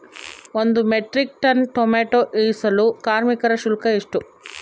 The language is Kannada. ಒಂದು ಮೆಟ್ರಿಕ್ ಟನ್ ಟೊಮೆಟೊ ಇಳಿಸಲು ಕಾರ್ಮಿಕರ ಶುಲ್ಕ ಎಷ್ಟು?